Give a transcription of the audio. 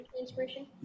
Inspiration